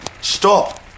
Stop